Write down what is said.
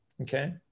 okay